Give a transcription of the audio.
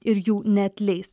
ir jų neatleis